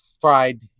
fried